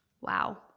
Wow